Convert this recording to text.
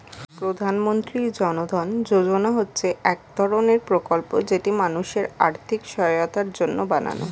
প্রধানমন্ত্রী জন ধন যোজনা হচ্ছে এক ধরণের প্রকল্প যেটি মানুষের আর্থিক সহায়তার জন্য বানানো